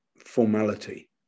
formality